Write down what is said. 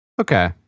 Okay